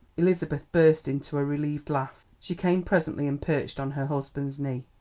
elizabeth burst into a relieved laugh. she came presently and perched on her husband's knee.